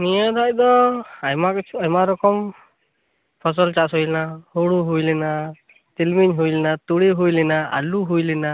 ᱱᱤᱭᱟᱹ ᱫᱷᱟᱣ ᱫᱚ ᱟᱭᱢᱟ ᱠᱤᱪᱷᱩ ᱟᱭᱢᱟ ᱨᱚᱠᱚᱢ ᱯᱷᱚᱥᱚᱞ ᱪᱟᱥ ᱦᱩᱭ ᱞᱮᱱᱟ ᱦᱳᱲᱚ ᱦᱩᱭ ᱞᱮᱱᱟ ᱛᱤᱞᱢᱤᱝ ᱦᱩᱭ ᱞᱮᱱᱟ ᱛᱩᱲᱤ ᱦᱩᱭ ᱞᱮᱱᱟ ᱟᱞᱩ ᱦᱩᱭ ᱞᱮᱱᱟ